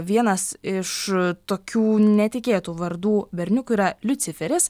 vienas iš tokių netikėtų vardų berniukui yra liuciferis